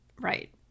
Right